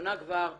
שמונה כבר קיבלו,